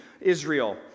Israel